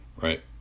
right